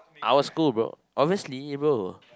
our school bro obviously bro